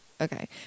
Okay